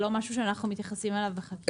זה לא משהו שאנחנו מתייחסים אליו בחקיקה.